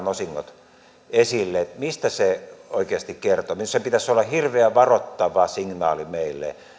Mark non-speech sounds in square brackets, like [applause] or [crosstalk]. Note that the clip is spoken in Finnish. [unintelligible] osingot mistä se oikeasti kertoo minusta sen pitäisi olla hirveän varoittava signaali meille